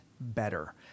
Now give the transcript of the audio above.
better